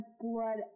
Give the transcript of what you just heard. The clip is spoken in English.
blood